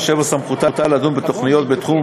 אשר יהיה בסמכותה לדון בתוכניות בתחום